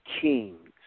kings